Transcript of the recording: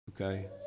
okay